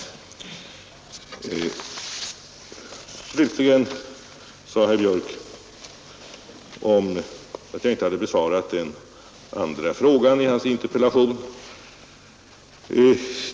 Slutligen sade herr Björck att jag inte besvarat den andra frågan i hans interpellation.